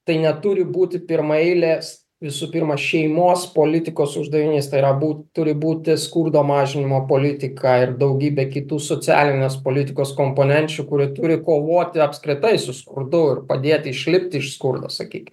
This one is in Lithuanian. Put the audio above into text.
tai neturi būti pirmaeilis visų pirma šeimos politikos uždavinys tai yra būt turi būti skurdo mažinimo politika ir daugybė kitų socialinės politikos komponenčių kurie turi kovoti apskritai su skurdu ir padėti išlipti iš skurdo sakykim